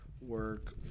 work